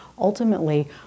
Ultimately